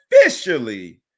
officially